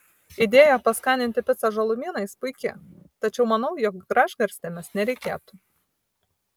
idėja paskaninti picą žalumynais puiki tačiau manau jog gražgarstėmis nereikėtų